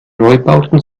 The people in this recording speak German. neubauten